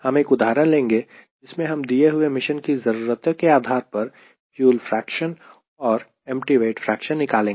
हम एक उदाहरण लेंगे जिसमें हम दिए हुए मिशन की ज़रूरतों के आधार पर फ्यूल फ्रेक्शन और एम्पटी वेट फ्रेक्शन निकालेंगे